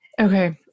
Okay